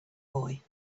boy